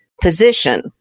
position